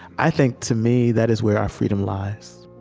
i think, to me, that is where our freedom lies